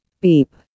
Beep